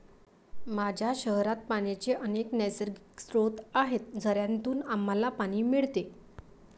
माझ्या शहरात पाण्याचे अनेक नैसर्गिक स्रोत आहेत, झऱ्यांतून आम्हाला पाणी मिळते